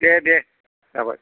दे दे जाबाय